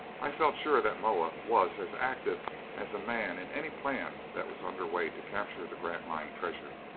i felt sure that moa was as active as a man in any plan that was under way to capture the grantline treasure.